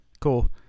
Cool